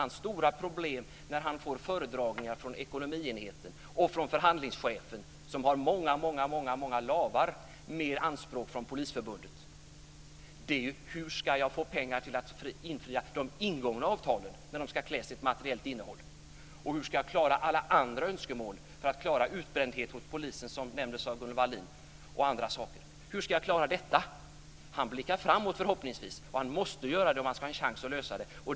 Hans stora problem när han får föredragningar från ekonomienheten och från förhandlingschefen, som har många långa lavar med anspråk från Polisförbundet, är: Hur ska jag få pengar för att kunna infria ingångna avtal när de ska kläs med ett materiellt innehåll? Hur ska jag klara alla andra önskemål, undvika utbrändhet hos polisen - som nämndes av Gunnel Wallin - och genomföra andra saker? Hur ska jag klara detta? Han blickar förhoppningsvis framåt. Han måste göra det som han ska ha en chans att lösa problemen.